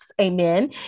Amen